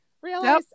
realize